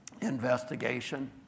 investigation